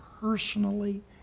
personally